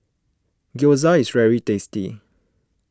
Gyoza is very tasty